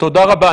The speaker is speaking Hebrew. תודה רבה.